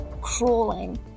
crawling